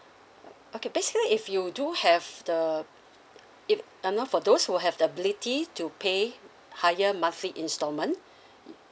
okay basically if you do have the it um now for those who have the ability to pay higher monthly installment